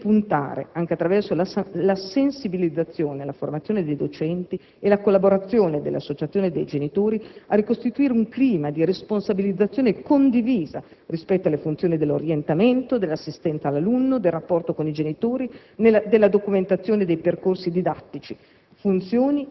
Vogliamo invece puntare, anche attraverso la sensibilizzazione e la formazione dei docenti e la collaborazione delle associazioni dei genitori, a ricostituire un clima di responsabilizzazione condivisa rispetto alle funzioni dell'orientamento, dell'assistenza all'alunno, del rapporto con i genitori, della documentazione dei percorsi didattici,